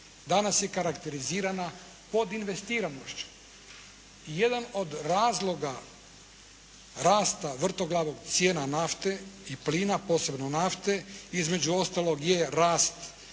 danas je karakterizirana pod investiranošću. I jedan od razloga rasta vrtoglavog cijena nafte i plina, posebno nafte, između ostaloga je rast